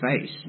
face